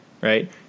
right